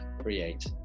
create